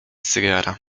cygara